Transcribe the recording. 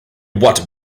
what